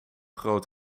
groot